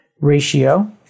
ratio